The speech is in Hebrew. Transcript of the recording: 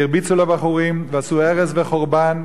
והרביצו לבחורים ועשו הרס וחורבן,